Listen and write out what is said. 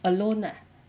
alone lah